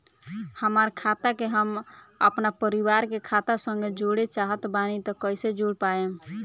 हमार खाता के हम अपना परिवार के खाता संगे जोड़े चाहत बानी त कईसे जोड़ पाएम?